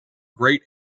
great